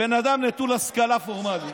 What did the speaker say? בן אדם נטול השכלה פורמלית.